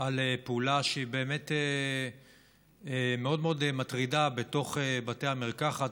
מאוד על פעולה מאוד מטרידה בבתי המרקחת,